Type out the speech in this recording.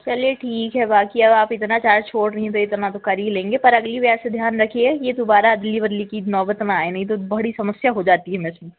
चलिए ठीक है बाक़ी अब आप इतना कैस छोड़ रहीं हैं तो इतना तो कर ही लेंगे पर अगली बार से ध्यान रखिए यह दोबारा अदला बदली की नौबत ना आए नहीं तो बड़ी समस्या हो जाती है मुझे